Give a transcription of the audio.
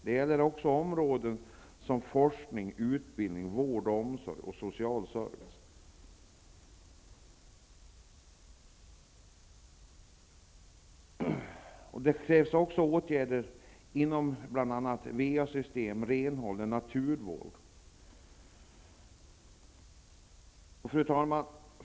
Det gäller också sådana områden som forskning, utbildning, vård och omsorg samt social service. Vidare krävs det åtgärder bl.a. beträffande VA Fru talman!